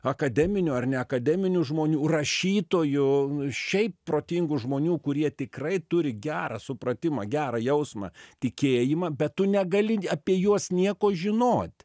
akademinių ar ne akademinių žmonių rašytojų šiaip protingų žmonių kurie tikrai turi gerą supratimą gerą jausmą tikėjimą bet tu negali apie juos nieko žinot